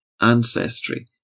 ancestry